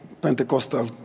Pentecostal